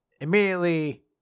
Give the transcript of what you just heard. Immediately